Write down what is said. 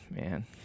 man